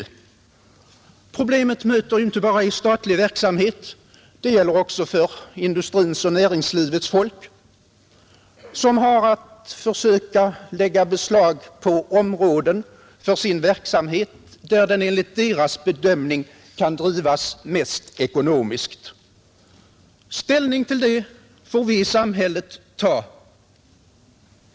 Problemet möter inte bara i statlig verksamhet utan också för industrins och näringslivets folk, som har att försöka lägga beslag på områden för sin verksamhet, där den enligt deras bedömning kan drivas mest ekonomiskt. Ställning till det får vi i samhället ta.